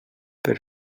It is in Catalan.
per